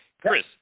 Chris